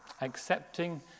accepting